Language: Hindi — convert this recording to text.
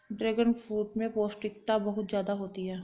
ड्रैगनफ्रूट में पौष्टिकता बहुत ज्यादा होती है